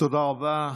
תודה רבה.